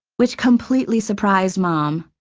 which completely surprised mom.